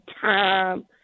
time